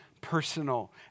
personal